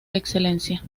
excelencia